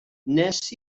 wnes